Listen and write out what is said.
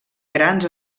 grans